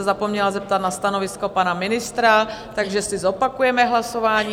Zapomněla jsem se zeptat na stanovisko pana ministra, takže si zopakujeme hlasování.